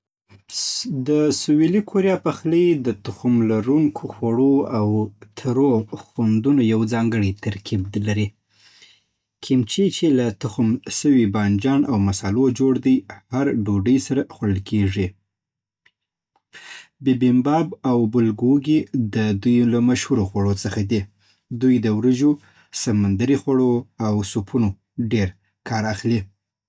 د سویلي کوریا پخلی د تخم لرونکو خوړو او ترو خوندونو یو ځانګړی ترکیب لري. کيمچي، چې له تخم شوي بانجان او مصالو جوړ دی، هر ډوډۍ سره خوړل کېږي. بیبیمباب او بولګوګي د دوی له مشهورو خوړو څخه دي. دوی د وريجو، سمندري خوړو، او سوپونو ډېر کار اخلي.